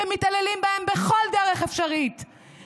שמתעללים בהם בכל דרך אפשרית,